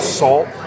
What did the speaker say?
salt